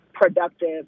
productive